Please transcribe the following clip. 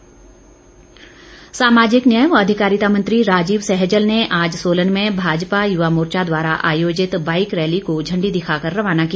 सहजल सामाजिक न्याय व अधिकारिता मंत्री राजीव सहजल ने आज सोलन में भाजपा युवा मोर्चा द्वारा आयोजित बाईक रैली को झण्डी दिखाकर रवाना किया